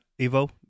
evo